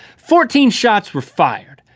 fourteen shots were fired.